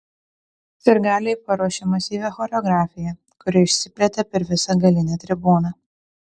sirgaliai paruošė masyvią choreografiją kuri išsiplėtė per visą galinę tribūną